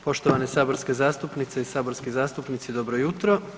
Poštovane saborske zastupnice i saborski zastupnici dobro jutro.